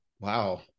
Wow